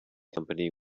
company